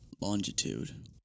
Longitude